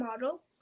model